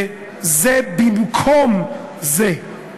זה במקום זה.